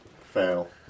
fail